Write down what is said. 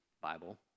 Bible